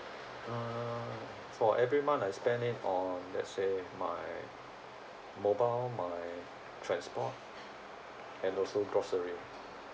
uh for every month I spend it on let's say my mobile my transport and also grocery